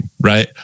right